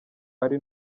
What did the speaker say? ari